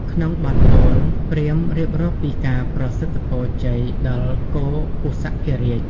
ក្នុងបទពោល ព្រាហ្មណ៍រៀបរាប់ពីការប្រសិទ្ធពរជ័យដល់គោឧសភរាជ។